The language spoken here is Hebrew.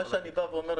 מה שאני בא ואומר,